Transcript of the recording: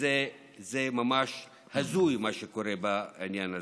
וזה ממש הזוי, מה שקורה בעניין הזה.